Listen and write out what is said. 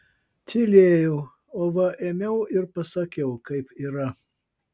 tylėjau o va ėmiau ir pasakiau kaip yra